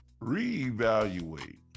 reevaluate